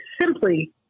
simply